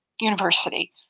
university